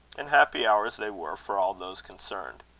and happy hours they were for all those concerned.